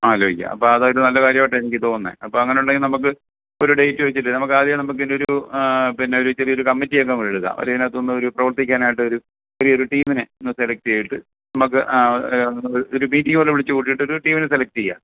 ആലോചിക്കാം അപ്പോൾ അതൊരു നല്ല കാര്യമായിട്ടാണ് എനിക്ക് തോന്നുന്നത് അപ്പോൾ അങ്ങനെ ഉണ്ടെങ്കിൽ നമുക്ക് ഒരു ഡേറ്റ് വെച്ചിട്ട് നമുക്ക് ആദ്യമേ നമുക്ക് ഇതിൻറെ ഒരു പിന്നെ ഒരു ചെറിയൊരു കമ്മിറ്റി എല്ലാം നമുക്ക് എടുക്കാം അത് ഇതിനകത്ത് നിന്നൊരു പ്രവർത്തിക്കാനായിട്ടൊരു ചെറിയൊരു ടീമിനെ ഒന്ന് സെലക്റ്റ് ചെയ്തിട്ട് നമുക്ക് ഒരു മീറ്റിംഗ് പോലെ വിളിച്ചുകൂട്ടിയിട്ട് ഒരു ടീമിനെ സെലക്റ്റ് ചെയ്യാം